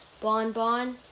Bonbon